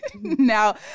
now